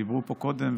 דיברו פה קודם,